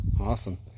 Awesome